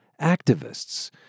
activists—